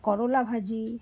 করলা ভাজি